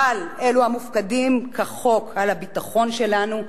אבל אלו המופקדים כחוק על הביטחון שלנו,